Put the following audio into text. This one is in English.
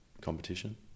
competition